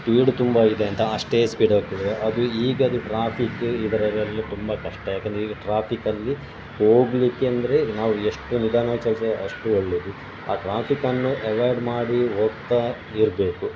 speed ತುಂಬ ಇದೆ ಅಂತ ಅಷ್ಟೇ ಸ್ಪೀಡ್ ಹೋಗ್ತದೆ ಅದು ಈಗಿಂದು ಟ್ರಾಫಿಕ್ ಇದರಲ್ಲೆಲ್ಲ ತುಂಬ ಕಷ್ಟ ಯಾಕೆಂದ್ರೆ ಈಗ ಟ್ರಾಫಿಕ್ಕಲ್ಲಿ ಹೋಗಲಿಕ್ಕೆ ಅಂದರೆ ನಾವು ಎಷ್ಟು ನಿಧಾನವಾಗಿ ಚಲಿಸಿದರೆ ಅಷ್ಟು ಒಳ್ಳೆಯದು ಆ ಟ್ರಾಫಿಕ್ಕನ್ನು ಅವಾಯ್ಡ್ ಮಾಡಿ ಹೋಗ್ತಾ ಇರಬೇಕು